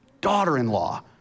Daughter-in-law